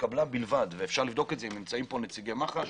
נמצאים פה נציגי מח"ש